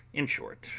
in short,